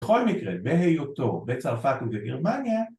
בכל מקרה בהיותו בצרפת ובגרמניה